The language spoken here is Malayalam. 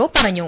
ഒ പറഞ്ഞു